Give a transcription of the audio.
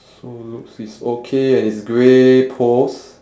so looks it's okay and it's grey poles